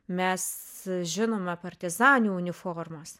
mes žinome partizanių uniformas